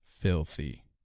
filthy